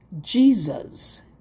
Jesus